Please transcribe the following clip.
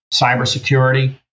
cybersecurity